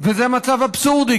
וזה מצב אבסורדי,